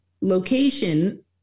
location